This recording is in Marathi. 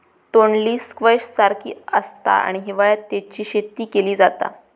तोंडली स्क्वैश सारखीच आसता आणि हिवाळ्यात तेची शेती केली जाता